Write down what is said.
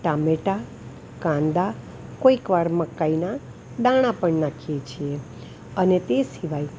ટામેટાં કાંદા કોઇક વાર મકાઈનાં દાણા પણ નાખીએ છીએ અને તે સિવાય